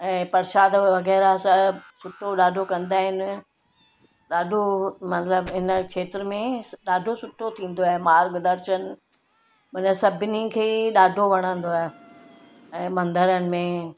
ऐं प्रशाद वग़ैरह सभु सुठो ॾाढो कंदा आहिनि ॾाढो मतिलबु हिन खेत्र में ॾाढो सुठो थींदो आहे मार्ग दर्शन मना सभिनी खे ॾाढो वणंदो आहे ऐं मंदरनि में